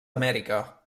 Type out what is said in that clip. amèrica